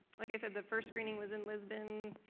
like i said, the first screening was in lisbon